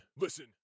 listen